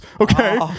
okay